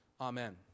Amen